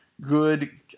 good